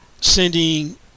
sending